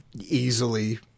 easily